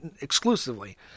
exclusively